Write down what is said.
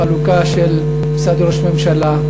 בחלוקה של משרד ראש הממשלה,